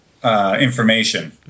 Information